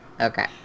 okay